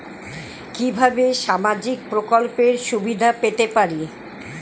কিভাবে সামাজিক প্রকল্পের সুবিধা পেতে পারি?